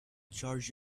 charge